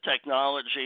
technology